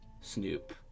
Snoop